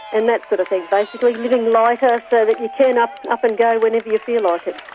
and that sort of thing basically. living lighter so that you can up up and go whenever you feel ah like it.